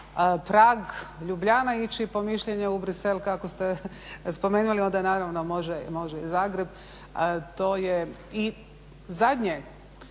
Prag, Ljubljana ići po mišljenje u Brise, kako ste spomenuli, onda naravno može i Zagreb. To je, i zadnje